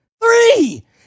Three